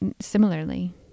similarly